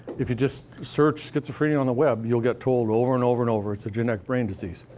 if you just search schizophrenia on the web, you'll get told over and over and over it's a genetic brain disease.